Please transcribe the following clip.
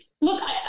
look